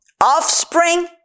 offspring